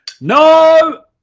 No